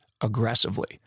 aggressively